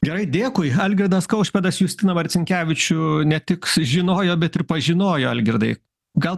gerai dėkui algirdas kaušpėdas justiną marcinkevičių ne tik žinojo bet ir pažinojo algirdai gal